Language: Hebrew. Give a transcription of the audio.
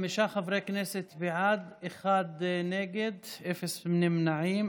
חמישה חברי כנסת בעד, אחד נגד, אין נמנעים.